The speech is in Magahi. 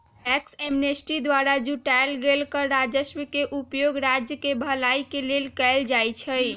टैक्स एमनेस्टी द्वारा जुटाएल गेल कर राजस्व के उपयोग राज्य केँ भलाई के लेल कएल जाइ छइ